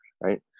Right